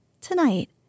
Tonight